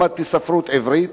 למדתי ספרות עברית